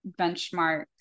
benchmark